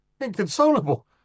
inconsolable